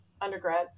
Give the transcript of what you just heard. undergrad